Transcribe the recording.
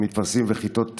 מכיתות א'